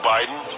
Biden